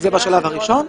זה בשלב הראשון.